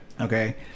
Okay